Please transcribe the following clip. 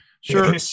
Sure